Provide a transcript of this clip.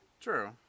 true